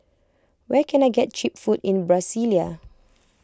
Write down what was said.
where can I get Cheap Food in Brasilia